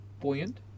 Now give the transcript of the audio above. buoyant